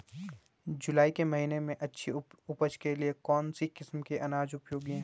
जुलाई के महीने में अच्छी उपज के लिए कौन सी किस्म के अनाज उपयोगी हैं?